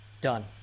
Done